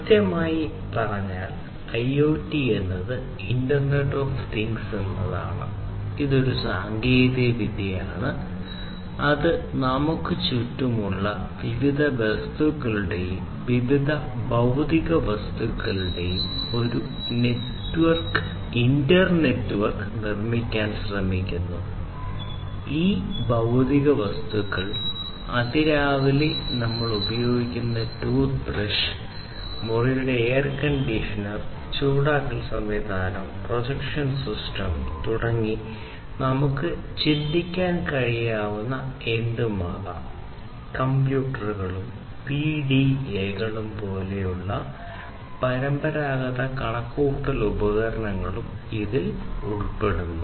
കൃത്യമായി പറഞ്ഞാൽ ഐഒടി പോലുള്ള പരമ്പരാഗത കണക്കുകൂട്ടൽ ഉപകരണങ്ങളും ഇതിൽ ഉൾപ്പെടുന്നു